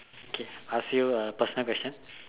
okay I'll ask you a personal question